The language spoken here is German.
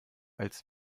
als